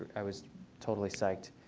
i was totally psyched.